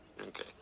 Okay